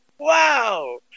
Wow